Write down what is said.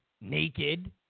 naked